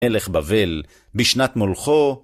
אלך בבל, בשנת מולכו